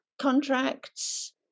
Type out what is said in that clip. contracts